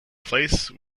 place